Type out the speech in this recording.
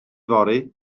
fory